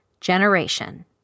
generation